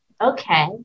Okay